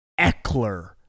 Eckler